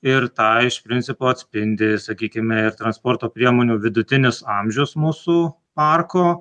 ir tą iš principo atspindi sakykime ir transporto priemonių vidutinis amžius mūsų parko